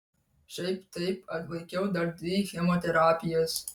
šiaip taip atlaikiau dar dvi chemoterapijas